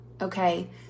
Okay